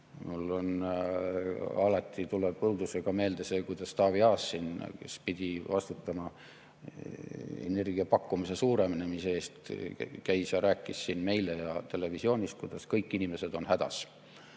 tuleb alati õudusega meelde see, kuidas Taavi Aas pidi vastutama energia pakkumise suurenemise eest, käis ja rääkis siin meile ja televisioonis, kuidas kõik inimesed on hädas,